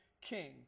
king